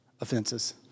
offenses